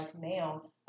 male